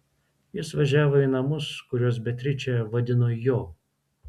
jis važiavo į namus kuriuos beatričė vadino jo